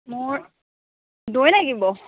মোৰ দৈ লাগিব